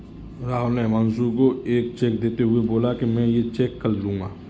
राहुल ने हुमांशु को एक चेक देते हुए बोला कि मैं ये चेक कल लूँगा